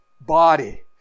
body